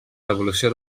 devolució